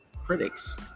critics